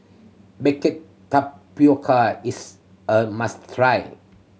baked tapioca is a must try